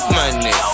money